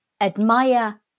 admire